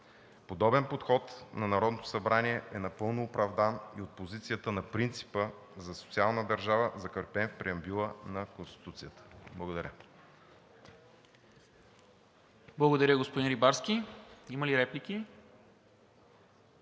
Подобен подход на Народното събрание е напълно оправдан и от позицията на принципа за социална държава, закрепен в преамбюла на Конституцията. Благодаря. ПРЕДСЕДАТЕЛ НИКОЛА МИНЧЕВ: Благодаря, господин Рибарски. Има ли реплики?